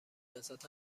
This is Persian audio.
جسد